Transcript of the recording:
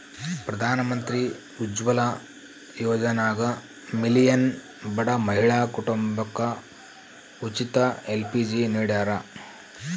ಪ್ರಧಾನಮಂತ್ರಿ ಉಜ್ವಲ ಯೋಜನ್ಯಾಗ ಮಿಲಿಯನ್ ಬಡ ಮಹಿಳಾ ಕುಟುಂಬಕ ಉಚಿತ ಎಲ್.ಪಿ.ಜಿ ನಿಡ್ಯಾರ